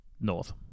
North